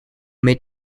made